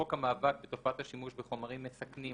חוק המאבק בתופעת השימוש בחומרים מסכנים,